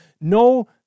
no